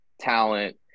talent